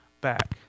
back